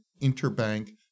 interbank